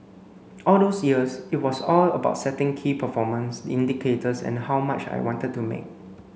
all those years it was all about setting key performance indicators and how much I wanted to make